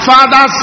Father